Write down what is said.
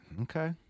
okay